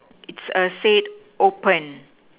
is a said open